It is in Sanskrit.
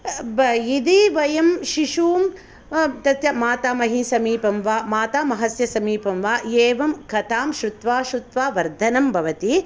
यदि वयं शिशूं तस्य मातामही समीपं वा मातामहस्य समीपं वा एवं कथां श्रुत्वा श्रुत्वा वर्धनं भवति